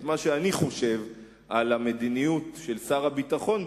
את מה שאני חושב על המדיניות של שר הביטחון,